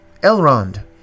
Elrond